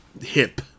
hip